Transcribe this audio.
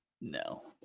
No